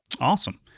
awesome